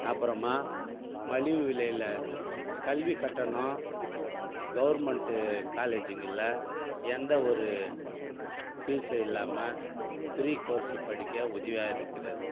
அப்பறமாக மலிவு விலையில் கல்வி கட்டணம் கவர்மெண்ட்டு காலேஜ்ஜிங்கள்ல எந்த ஒரு ஃபீஸும் இல்லாமல் ஃப்ரீ கோர்ஸ் படிக்க உதவியாக இருக்கிறது